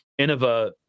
Innova